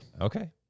Okay